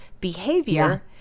behavior